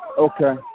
Okay